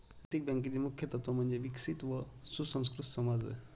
नैतिक बँकेचे मुख्य तत्त्व म्हणजे विकसित व सुसंस्कृत समाज होय